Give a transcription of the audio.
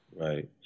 Right